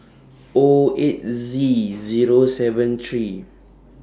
O eight Z Zero seven three